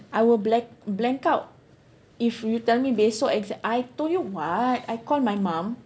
I will black blank out if you tell me besok exa~ I told you [what] I called my mum